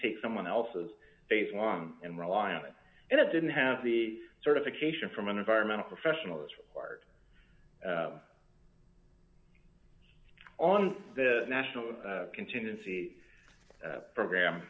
take someone else's face and rely on it and it didn't have the certification from an environmental professional is required on the national contingency program